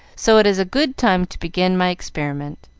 so it is a good time to begin my experiment.